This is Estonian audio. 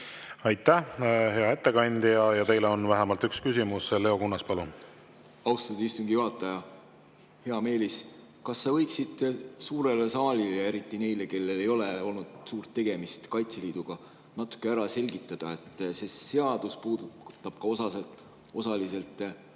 Aitäh, hea ettekandja! Teile on vähemalt üks küsimus. Leo Kunnas, palun! Austatud istungi juhataja! Hea Meelis! Kas sa võiksid suurele saalile ja eriti neile, kellel ei ole olnud tegemist Kaitseliiduga, natukene selgitada – see eelnõu puudutab osaliselt ka